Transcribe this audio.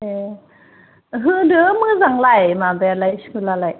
ए होदो मोजां लाय माबायालाय स्कुला लाय